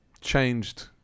changed